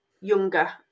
younger